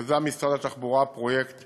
יזם משרד התחבורה פרויקט